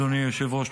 אדוני היושב-ראש,